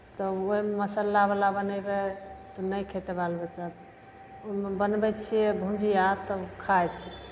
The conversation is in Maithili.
तऽ ओहिमे मसालावला बनेबै तऽ नहि खेतै बाल बच्चा ओहिमे बनबै छियै भुजिया तब खाइ छै